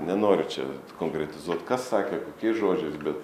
nenoriu čia konkretizuot kas sakė kokiais žodžiais bet